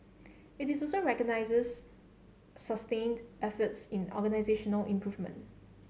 it is also recognises sustained efforts in organisational improvement